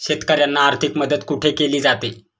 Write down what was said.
शेतकऱ्यांना आर्थिक मदत कुठे केली जाते?